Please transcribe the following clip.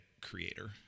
creator